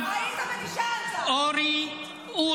אני מציע לך להגיש תלונה לוועדת האתיקה.